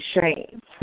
shame